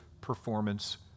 performance